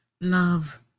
love